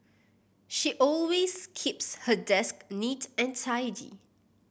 she always keeps her desk neat and tidy